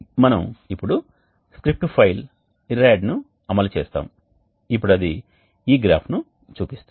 మేము ఇప్పుడు script file IRRAD ను అమలు చేస్తాము ఇప్పుడు అది ఈ గ్రాఫ్ను చూపిస్తుంది